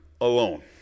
alone